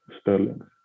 sterling